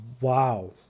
wow